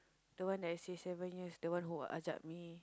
the one that i say seven years the one who ajak me